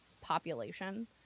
population